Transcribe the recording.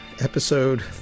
episode